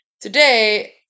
today